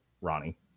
Ronnie